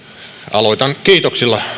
aloitan kiitoksilla